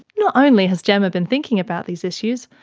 not only has jemma been thinking about these issues,